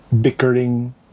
bickering